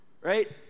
right